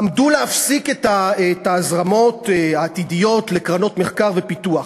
עמדו להפסיק את ההזרמות העתידיות לקרנות מחקר ופיתוח.